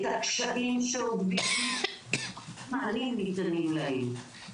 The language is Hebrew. את הקשיים שהם עוברים ואיזה המענים הניתנים להם.